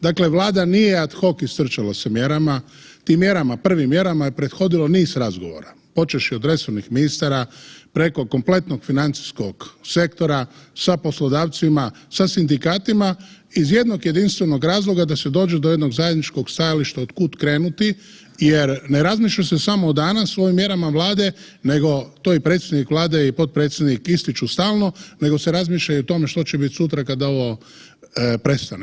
Dakle, Vlada nije ad hoc istrčala sa mjerama, tim mjerama, prvim mjerama je prethodilo niz razgovora, počevši od resornih ministara, preko kompletnog financijskog sektora sa poslodavcima, sa sindikatima iz jednog jedinstvenog razloga da se dođe do jednog zajedničkog stajališta od kud krenuti jer ne razmišlja se samo o danas u ovim mjerama Vlade, nego to i predsjednik Vlade i potpredsjednik ističu stalno, nego se razmišlja i o tome što će biti sutra kad ovo prestane.